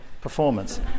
performance